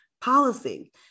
policy